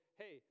hey